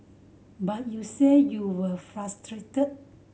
but you said you were frustrated